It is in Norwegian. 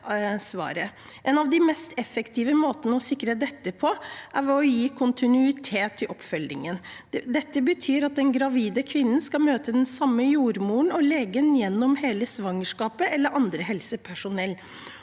En av de mest effektive måtene å sikre dette på, er ved å gi kontinuitet i oppfølgingen. Det betyr at den gravide kvinnen skal møte den samme jordmoren og legen gjennom hele svangerskapet – eller annet helsepersonell